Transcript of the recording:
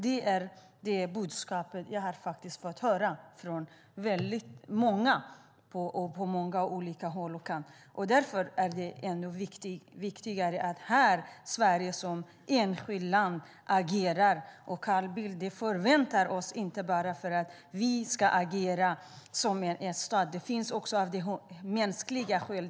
Det är det budskap jag har fått från många olika håll. Därför är det ännu viktigare att Sverige som enskilt land agerar, Carl Bildt. Vi förväntar oss inte bara det för att vi ska agera som en stat. Det finns också mänskliga skäl.